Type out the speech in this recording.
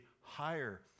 higher